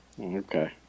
Okay